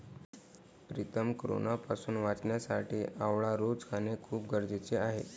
प्रीतम कोरोनापासून वाचण्यासाठी आवळा रोज खाणे खूप गरजेचे आहे